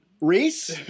Reese